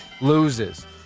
loses